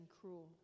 cruel